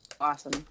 awesome